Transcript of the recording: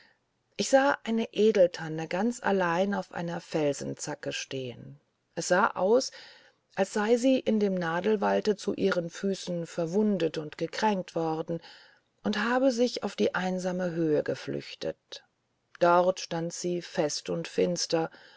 ich sah eine edeltanne ganz allein auf einer felsenzacke stehen es sah aus als sei sie in dem nadelwalde zu ihren füßen verwundet und gekränkt worden und sie habe sich auf die einsame höhe geflüchtet dort stand sie fest und finster